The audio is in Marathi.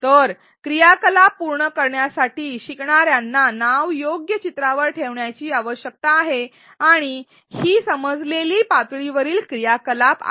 तर क्रियाकलाप पूर्ण करण्यासाठी शिकणार्यांना नाव योग्य चित्रावर ठेवण्याची आवश्यकता आहे आणि ही समजलेली पातळीवरील क्रियाकलाप आहे